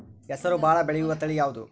ಹೆಸರು ಭಾಳ ಬೆಳೆಯುವತಳಿ ಯಾವದು?